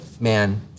man